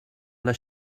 les